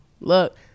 Look